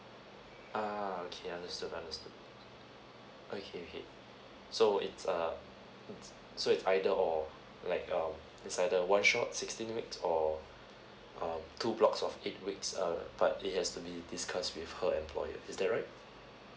ah okay understood understood okay okay so it's err it's so it's either or like err it's like the one shot sixteen weeks or um two blocks of eight weeks err but it has to be discussed with her employer is that right